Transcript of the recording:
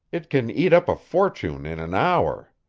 it can eat up a fortune in an hour.